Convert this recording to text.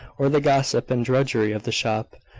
or the gossip and drudgery of the shop,